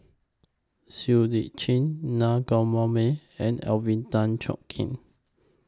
Seah EU Chin Naa Govindasamy and Alvin Tan Cheong Kheng